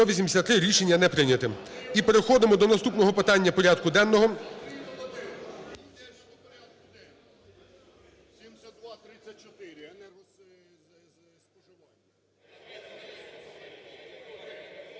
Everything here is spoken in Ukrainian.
За-183 Рішення не прийнято. І переходимо до наступного питання порядку денного.